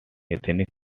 ethnic